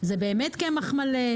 זה באמת קמח מלא,